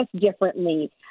differently